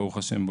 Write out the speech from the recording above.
ברוך השם,